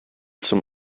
zum